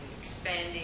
expanding